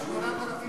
מה פתאום,